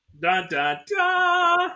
Da-da-da